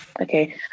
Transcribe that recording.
Okay